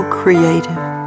creative